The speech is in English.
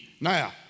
Now